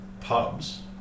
pubs